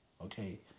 Okay